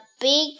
big